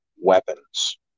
weapons